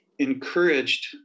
encouraged